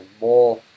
more